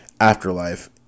Afterlife